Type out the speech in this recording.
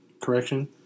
Correction